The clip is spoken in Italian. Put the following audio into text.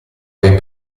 ben